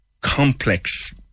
complex